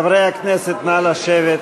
חברי הכנסת, נא לשבת.